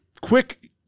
quick